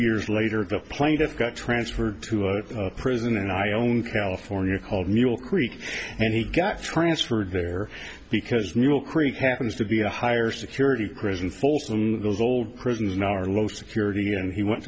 years later the plaintiff got transferred to prison and i own california called mule creek and he got transferred there because mule creek happens to be a higher security prison folsom those old prisons now are low security and he went